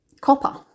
copper